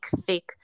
thick